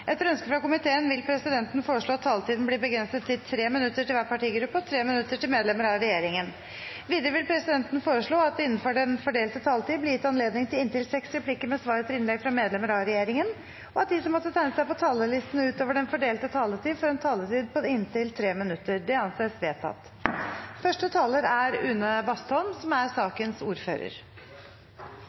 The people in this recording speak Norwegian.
Etter ønske fra transport- og kommunikasjonskomiteen vil presidenten foreslå at taletiden blir begrenset til 5 minutter til hver partigruppe og 5 minutter til medlemmer av regjeringen. Videre vil presidenten foreslå at det – innenfor den fordelte taletid – blir gitt anledning til inntil seks replikker med svar etter innlegg fra medlemmer av regjeringen, og at de som måtte tegne seg på talerlisten utover den fordelte taletid, får en taletid på inntil 3 minutter. – Det anses vedtatt. Sakens ordfører,